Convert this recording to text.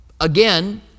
again